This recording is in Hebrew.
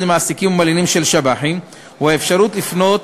עם מעסיקים ומלינים של שב"חים הוא האפשרות לפנות